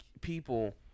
people